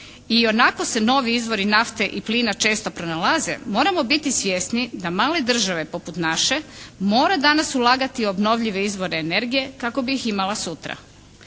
ionako se novi izvori nafte i plina često pronalaze, moramo biti svjesni da male države poput naše mora danas ulagati u obnovljive izvore energije kako bi ih imala sutra,